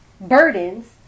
burdens